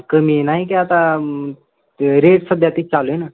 कमी नाही की आता ते रेट सध्या तीच चालू आहे ना